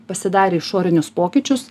pasidarė išorinius pokyčius